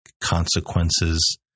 consequences